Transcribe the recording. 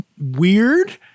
weird